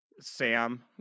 Sam